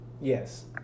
yes